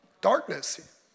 darkness